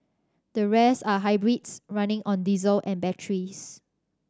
the rest are hybrids running on diesel and batteries